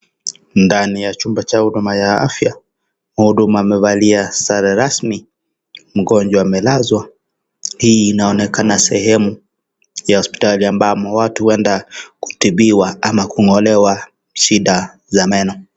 Ndani ya Chumba Cha huduma ya afia. Muhudumu amevalia sare rasmi, mgonjwa amelazwa. Hii inaonekana sehemu ya hospitali ambamo watu huenda kutibiwa ama kungolewa shida za meno.